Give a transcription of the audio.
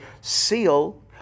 seal